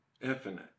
Infinite